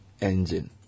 engine